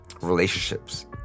relationships